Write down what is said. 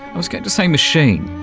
was going to say machine,